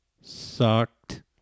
sucked